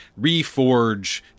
reforge